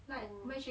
oh